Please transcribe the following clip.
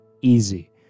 easy